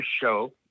show